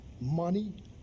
money